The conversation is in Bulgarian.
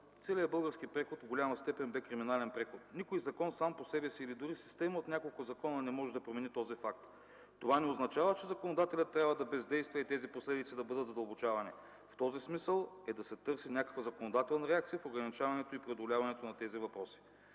„Целият български преход в голяма степен бе криминален преход. Никой закон сам по себе си или дори система от няколко закона не може да промени този факт. Това не означава, че законодателят трябва да бездейства и тези последици да бъдат задълбочавани. В този смисъл е да се търси някаква законодателна реакция в ограничаването и преодоляването на тези въпроси.